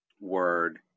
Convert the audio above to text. word